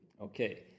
Okay